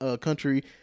country